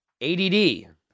ADD